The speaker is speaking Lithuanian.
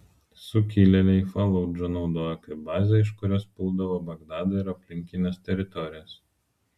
sukilėliai faludžą naudojo kaip bazę iš kurios puldavo bagdadą ir aplinkines teritorijas